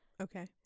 Okay